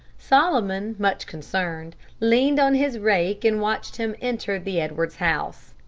solomon, much concerned, leaned on his rake and watched him enter the edwards house.